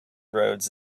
roads